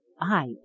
I